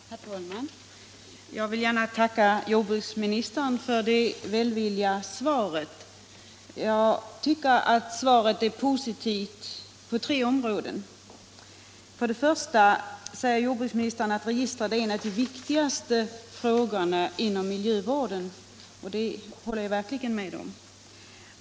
Herr talman! Jag vill gärna tacka jordbruksministern för det välvilliga svaret. Jag tycker att svaret är positivt på tre sätt. För det första säger jordbruksministern att registret är en av de viktigaste frågorna inom miljövården, och det vill jag verkligen hålla med om.